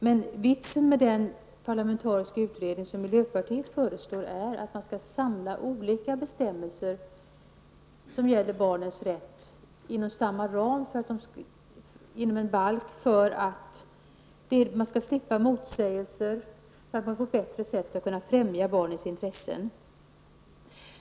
Men vitsen med de parlamentariska utredningar som miljöpartiet föreslår är att man skall samla olika bestämmelser som gäller barnens rätt inom en balk för att slippa motsägelser och för att på ett bättre sätt kunna främja barnens intressen.